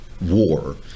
war